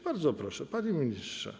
Bardzo proszę, panie ministrze.